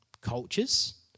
cultures